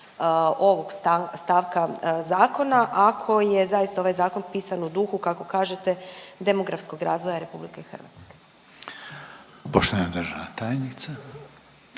ovog stavka zakona ako je zaista ovaj zakon pisan u duhu, kako kažete demografskog razvoja RH. **Reiner, Željko (HDZ)** Poštovana državna tajnica.